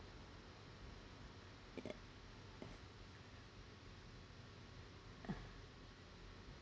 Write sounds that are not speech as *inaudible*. *breath*